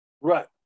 Right